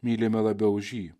mylime labiau už jį